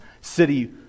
city